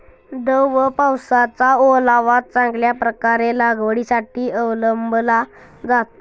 दव व पावसाचा ओलावा चांगल्या प्रकारे लागवडीसाठी अवलंबला जातो